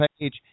page